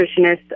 nutritionist